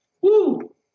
Woo